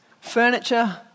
Furniture